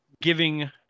giving